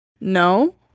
No